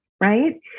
right